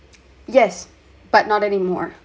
yes but not anymore